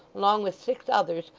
along with six others,